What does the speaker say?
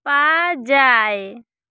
ᱯᱟᱧᱡᱟᱭ